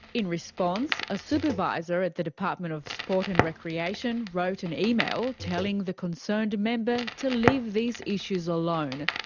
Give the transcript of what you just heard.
in response, a supervisor at the department of sport and recreation wrote an email telling the concerned member to leave these issues alone.